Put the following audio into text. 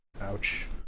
Ouch